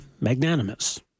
magnanimous